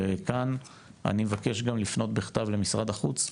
אני מבקש לפנות בכתב גם למשרד החוץ,